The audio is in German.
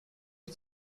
die